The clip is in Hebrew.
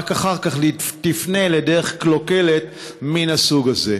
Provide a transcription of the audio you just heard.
רק אחר כך תפנה לדרך קלוקלת מן הסוג הזה.